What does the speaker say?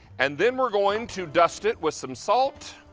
and then we're going to dust it with some salt.